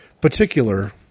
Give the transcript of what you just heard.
particular